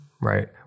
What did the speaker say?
right